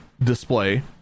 display